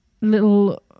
little